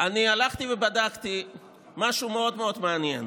אני הלכת ובדקתי משהו מאוד מאוד מעניין: